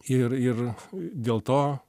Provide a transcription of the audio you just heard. ir ir dėl to